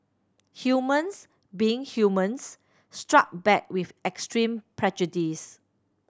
humans being humans struck back with extreme prejudice